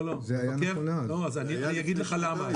לא, אני אגיד לך למה.